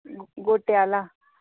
गूह्टे आह्ला